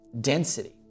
density